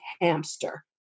hamster